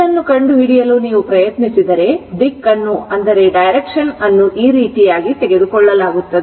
ಇದನ್ನು ಕಂಡುಹಿಡಿಯಲು ನೀವು ಪ್ರಯತ್ನಿಸಿದರೆ ದಿಕ್ಕನ್ನು ಈ ರೀತಿ ತೆಗೆದುಕೊಳ್ಳಲಾಗುತ್ತದೆ